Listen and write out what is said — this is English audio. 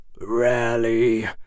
Rarely